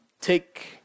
take